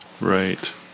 right